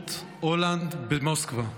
לשגרירות הולנד במוסקבה.